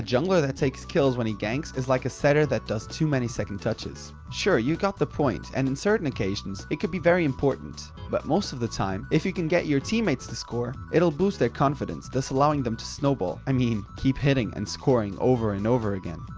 jungler that takes kills when he ganks is like a setter that does too many second touches. sure, you got the point, and in certain occasions, it could be very important, but most of the time, if you can get your teammates to score, it'll boost their confidence, thus allowing them to snowball. i mean, keep hitting and scoring over and over again.